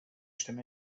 stimme